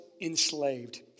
enslaved